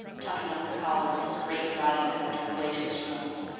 tucking up the collar of his great driving-coat on the way to his rooms